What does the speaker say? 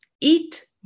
Eat